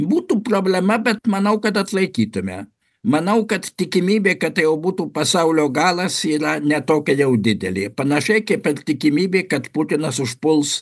būtų problema bet manau kad atlaikytume manau kad tikimybė kad tai jau būtų pasaulio galas yra ne tokia jau didelė panašiai kaip ir tikimybė kad putinas užpuls